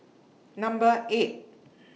Number eight